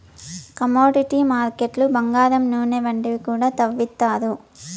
commodity మార్కెట్లు బంగారం నూనె వంటివి కూడా తవ్విత్తారు